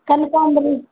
ಕನಕಾಂಬ್ರ